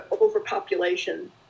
overpopulation